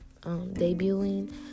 debuting